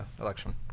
election